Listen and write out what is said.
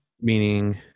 meaning